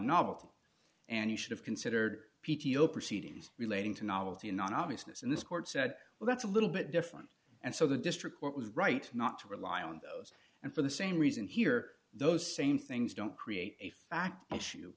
novelty and you should have considered p t o proceedings relating to novelty non obviousness in this court said well that's a little bit different and so the district court was right not to rely on those and for the same reason here those same things don't create a fact